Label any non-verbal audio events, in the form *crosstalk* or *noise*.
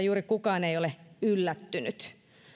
*unintelligible* juuri kukaan ei ole yllättynyt